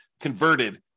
converted